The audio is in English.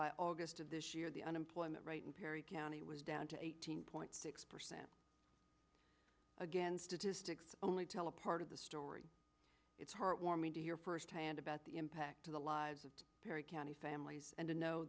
by august of this year the unemployment rate in perry county was down to eighteen point six percent again statistics only tell a part of the story it's heartwarming to hear firsthand about the impact to the lives of perry county families and to know